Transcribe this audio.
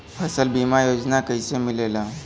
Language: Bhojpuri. फसल बीमा योजना कैसे मिलेला?